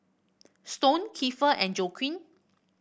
Stone Kiefer and Joaquin